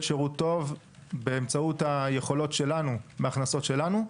שירות טוב באמצעות היכולות שלנו מהכנסות שלנו .